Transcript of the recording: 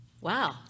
Wow